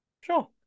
Sure